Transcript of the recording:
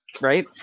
right